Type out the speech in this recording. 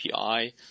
API